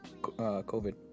COVID